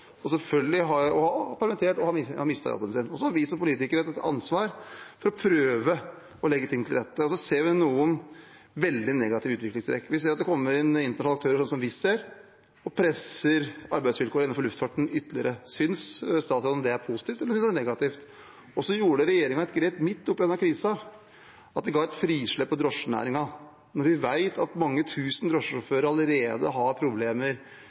permittert eller har mistet jobben sin. Vi som politikere har et ansvar for å prøve å legge ting til rette. Vi ser noen veldig negative utviklingstrekk. Vi ser det kommer inn internasjonale aktører, sånn som Wizz Air, og presser arbeidsvilkårene innenfor luftfarten ytterligere. Syns statsråden det er positivt, eller syns han det er negativt? Så gjorde regjeringen et grep midt oppi denne krisen. Man ga et frislipp for drosjenæringen, når vi vet at mange tusen drosjesjåfører allerede har problemer